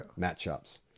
matchups